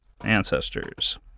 ancestors